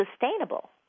sustainable